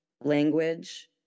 language